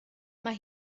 mae